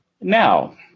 Now